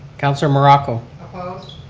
councilor morocco. opposed.